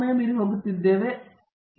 ನಿರ್ಮಲ ಬಹಳಷ್ಟು ಧನ್ಯವಾದಗಳು ಪ್ರತಾಪ್